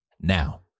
Now